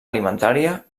alimentària